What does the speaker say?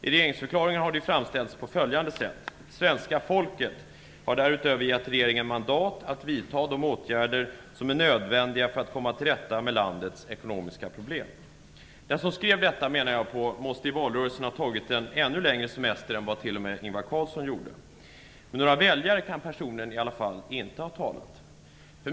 I regeringsförklaringen har det framställts på följande sätt: "Svenska folket har därutöver gett regeringen mandat att vidta de åtgärder som är nödvändiga för att komma till rätta med landets ekonomiska problem." Den som skrev detta måste i valrörelsen ha tagit en ännu längre semester än vad t.o.m. Ingvar Carlsson gjorde. Med några väljare kan personen i alla fall inte ha talat.